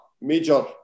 major